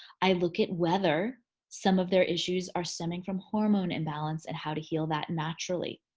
i look at whether some of their issues are stemming from hormone imbalance and how to heal that naturally.